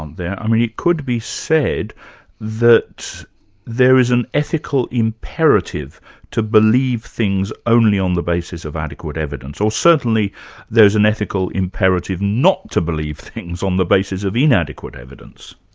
there? i mean it could be said that there is an ethical imperative to believe things only on the basis of adequate evidence, or certainly there's an ethical imperative not to believe things on the basis of inadequate evidence.